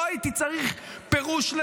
לא הייתי צריך לזה פירוש,